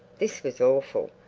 this was awful.